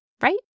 Right